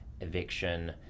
eviction